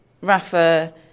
Rafa